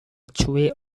tree